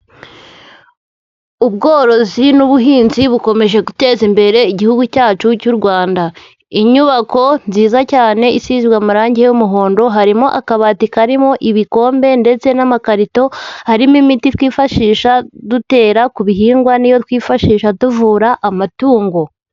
Ubworozi n'ubuhinzi bukomeje guteza imbere Igihugu cyacu cy'u Rwanda, inyubako nziza cyane isizwe amarangi y'umuhondo, harimo akabati karimo ibikombe ndetse n'amakarito, harimo imiti twifashisha dutera ku bihingwa n'iyo twifashisha tuvura amatungo.